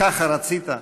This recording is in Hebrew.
ככה רצית?"